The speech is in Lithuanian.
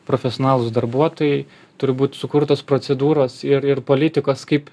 profesionalūs darbuotojai turi būt sukurtos procedūros ir ir politikos kaip